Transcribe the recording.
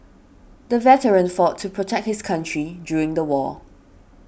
the veteran fought to protect his country during the war